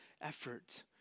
effort